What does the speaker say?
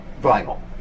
vinyl